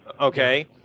Okay